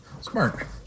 smart